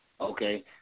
Okay